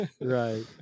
right